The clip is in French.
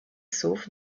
sauf